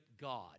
God